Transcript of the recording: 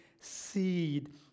seed